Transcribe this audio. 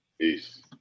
Peace